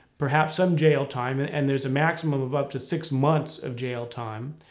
perhaps some jail time. and and there's a maximum of up to six months of jail time.